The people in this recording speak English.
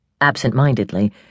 Absent-mindedly